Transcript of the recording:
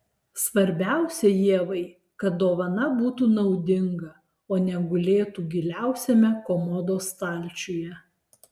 svarbiausia ievai kad dovana būtų naudinga o ne gulėtų giliausiame komodos stalčiuje